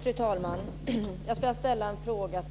Fru talman! Jag vill ställa en fråga till statsrådet